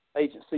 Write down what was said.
agency